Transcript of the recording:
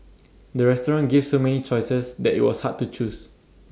the restaurant gave so many choices that IT was hard to choose